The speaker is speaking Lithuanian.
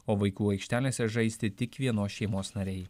o vaikų aikštelėse žaisti tik vienos šeimos nariai